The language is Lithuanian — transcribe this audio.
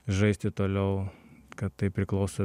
žaisti toliau kad tai priklauso